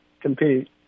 compete